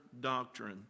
doctrine